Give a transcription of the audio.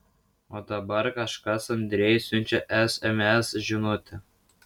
o dabar kažkas andrejui siunčia sms žinutę